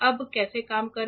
अब कैसे काम करें